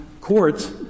courts